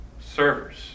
servers